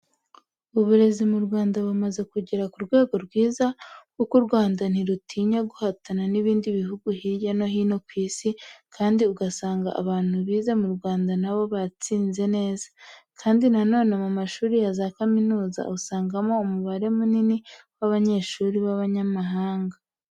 Uburezi mu Rwanda bumaze kugera ku rugero rwiza kuko u Rwanda ntirutinya guhatana n'ibindi bihugu hirya no hino ku isi kandi ugasanga abantu bize mu Rwanda na bo batsinze neza, kandi na none mu mashuri ya za kaminuza usangamo umubare munini w'abanyeshuri b'abanyamahanga.